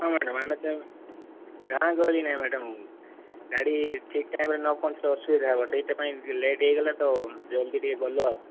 ହଁ ମ୍ୟାଡାମ ଆମେ ଗାଁ ଗହଳି ନାଇଁ ମ୍ୟାଡାମ ଗାଡ଼ି ଠିକ ଟାଇମରେ ନ ପହଞ୍ଚିଲେ ଅସୁବିଧା ହେବ ସେଇଥିପାଇଁ ଟିକିଏ ଲେଟ ହୋଇଗଲା ତ ଜଲ୍ଦି ଟିକେ ଗଲୁ ଆଉ